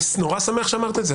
אני נורא שמח שאמרת את זה.